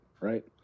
right